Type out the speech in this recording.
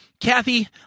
Kathy